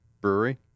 Brewery